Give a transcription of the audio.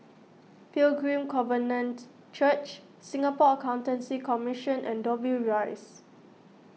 Pilgrim Covenant Church Singapore Accountancy Commission and Dobbie Rise